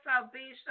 salvation